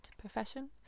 profession